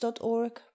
org